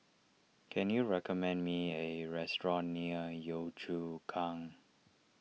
can you recommend me A restaurant near Yio Chu Kang